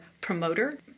promoter